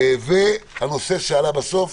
הנושא שעלה בסוף